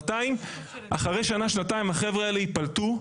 200. אחרי שנה שנתיים החבר'ה האלה ייפלטו,